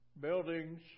Buildings